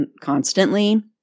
constantly